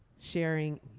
sharing